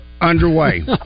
underway